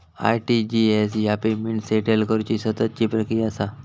RTGS ह्या payment settle करुची सततची प्रक्रिया असा